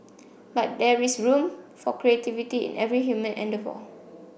but there is room for creativity in every human endeavour